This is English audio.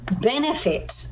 benefits